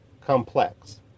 complex